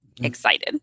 excited